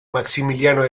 maximiliano